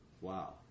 Wow